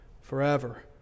forever